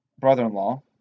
brother-in-law